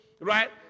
right